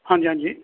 ਹਾਂਜੀ ਹਾਂਜੀ